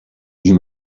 you